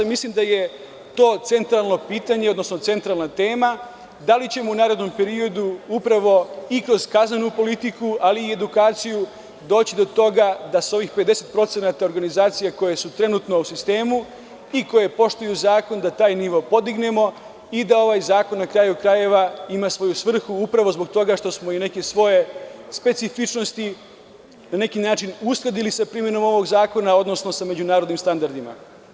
Mislim da je to centralno pitanje, odnosno centralna tema, da li ćemo u narednom periodu upravo i kroz kaznenu politiku, ali i edukaciju doći do toga da se ovih 50% organizacije koji su trenutno u sistemu i koji poštuju zakon, da taj nivo podignemo i da ovaj zakon, na kraju krajeva, ima svoju svrhu, upravo zbog toga što smo neke svoje specifičnosti na neki način uskladili sa primenom ovog zakona, odnosno sa međunarodnim standardima?